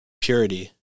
purity